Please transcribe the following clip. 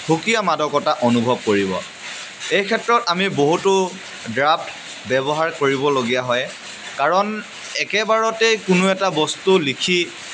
সুকীয়া মাদকতা অনুভৱ কৰিব এই ক্ষেত্ৰত আমি বহুতো ড্ৰাফ্ট ব্যৱহাৰ কৰিবলগীয়া হয় কাৰণ একেবাৰতে কোনো এটা বস্তু লিখি